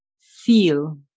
Feel